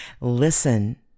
Listen